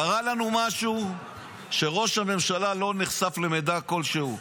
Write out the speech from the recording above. קרה לנו שראש הממשלה לא נחשף למידע כלשהו.